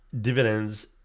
dividends